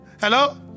Hello